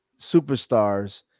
superstars